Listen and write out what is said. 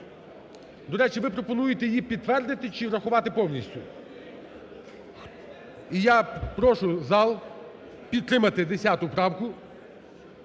До речі, ви пропонуєте її підтвердити чи рахувати повністю? І я прошу зал підтримати 10 правку,